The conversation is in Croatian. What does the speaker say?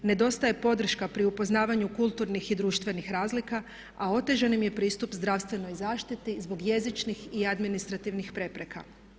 Nedostaje podrška pri upoznavanju kulturnih i društvenih razlika, a otežan im je pristup zdravstvenoj zaštiti zbog jezičnih i administrativnih prepreka.